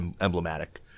emblematic